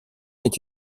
est